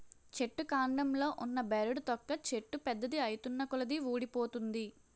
చెట్టు కాండంలో ఉన్న బెరడు తొక్క చెట్టు పెద్దది ఐతున్నకొలది వూడిపోతుంది